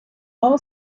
all